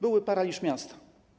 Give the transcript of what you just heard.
Byłby paraliż miasta.